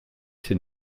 ses